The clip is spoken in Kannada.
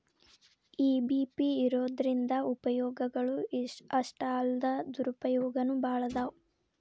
ಇ.ಬಿ.ಪಿ ಇರೊದ್ರಿಂದಾ ಉಪಯೊಗಗಳು ಅಷ್ಟಾಲ್ದ ದುರುಪಯೊಗನೂ ಭಾಳದಾವ್